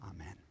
Amen